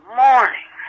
morning